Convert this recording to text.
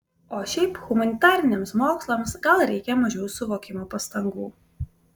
o šiaip humanitariniams mokslams gal reikia mažiau suvokimo pastangų